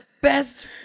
best